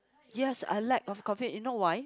yes I lack of coffee you know why